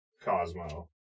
Cosmo